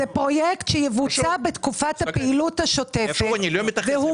זה פרויקט שיבוצע בתקופת הפעילות השוטפת והוא